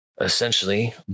essentially